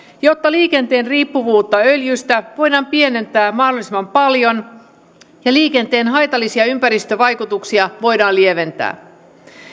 jotta liikenteen riippuvuutta öljystä voidaan pienentää mahdollisimman paljon ja liikenteen haitallisia ympäristövaikutuksia voidaan lieventää